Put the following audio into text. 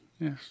Yes